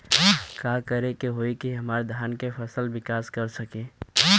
का करे होई की हमार धान के फसल विकास कर सके?